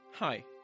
Hi